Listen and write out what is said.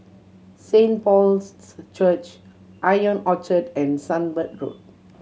Saint Paul's Church Ion Orchard and Sunbird Road